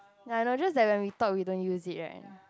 I know just that when we thought we don't use it right